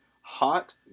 hot